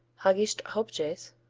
haagische hopjes,